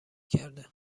کرده